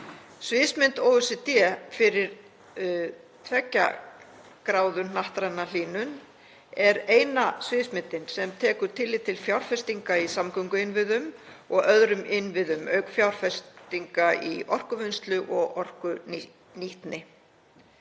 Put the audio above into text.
Sviðsmynd OECD fyrir 2,0°C hnattræna hlýnun er eina sviðsmyndin sem tekur tillit til fjárfestinga í samgönguinnviðum og öðrum innviðum auk fjárfestinga í orkuvinnslu og orkunýtni.